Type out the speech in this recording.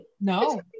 No